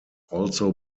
also